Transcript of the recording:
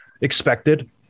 expected